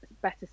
better